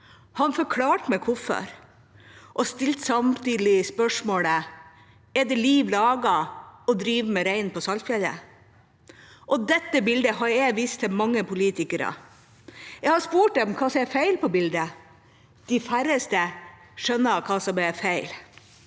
Han forklarte meg hvorfor og stilte samtidig spørsmålet: Er det liv laga å drive med rein på Saltfjellet? Dette bildet har jeg vist til mange politikere. Jeg har spurt dem hva som er feil på bildet. De færreste skjønner hva som er feil.